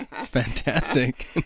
Fantastic